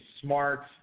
smart